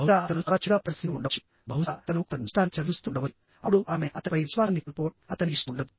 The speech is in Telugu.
బహుశా అతను చాలా చెడుగా ప్రదర్శించి ఉండవచ్చు బహుశా అతను కొంత నష్టాన్ని చవిచూస్తూ ఉండవచ్చు అప్పుడు ఆమె అతనిపై విశ్వాసాన్ని కోల్పోవడం అతనికి ఇష్టం ఉండదు